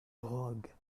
drogue